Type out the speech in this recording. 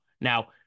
Now